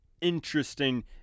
interesting